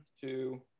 two